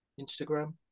Instagram